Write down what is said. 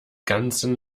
ganzen